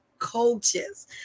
Coaches